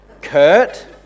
Kurt